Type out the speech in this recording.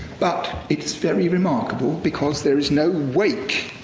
but it's very remarkable, because there is no wake.